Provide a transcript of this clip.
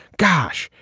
gosh,